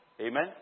Amen